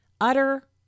utter